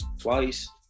twice